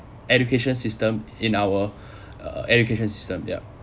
education system in our education system yeah